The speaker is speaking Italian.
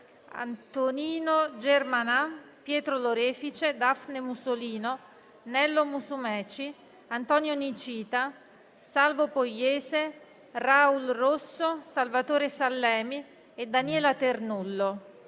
Antonino Germanà, Pietro Lorefice, Dafne Musolino, Nello Musumeci, Antonio Nicita, Salvo Pogliese, Raoul Russo, Salvatore Sallemi e Daniela Ternullo;